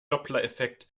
dopplereffekt